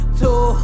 two